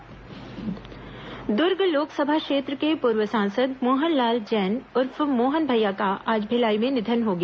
मोहनलाल जैन निधन दुर्ग लोकसभा क्षेत्र के पूर्व सांसद मोहनलाल जैन उर्फ मोहन भैया का आज भिलाई में निधन हो गया